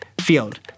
FIELD